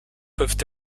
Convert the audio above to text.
peuvent